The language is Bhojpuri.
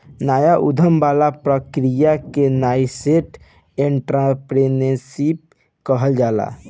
नाया उधम वाला प्रक्रिया के नासेंट एंटरप्रेन्योरशिप कहल जाला